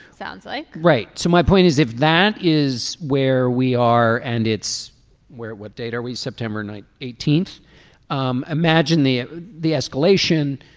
sounds like right. so my point is if that is where we are and it's where what data we september eighteenth um imagine the ah the escalation.